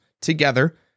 together